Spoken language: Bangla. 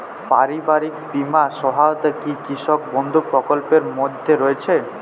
পারিবারিক বীমা সহায়তা কি কৃষক বন্ধু প্রকল্পের মধ্যে রয়েছে?